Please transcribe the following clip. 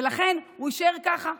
ולכן הוא יישאר ככה.